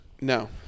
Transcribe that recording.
No